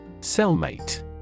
Cellmate